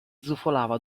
zufolava